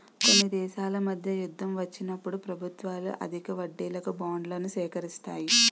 కొన్ని దేశాల మధ్య యుద్ధం వచ్చినప్పుడు ప్రభుత్వాలు అధిక వడ్డీలకు బాండ్లను సేకరిస్తాయి